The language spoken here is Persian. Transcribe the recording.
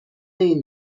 این